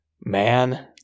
Man